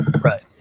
Right